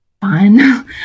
fun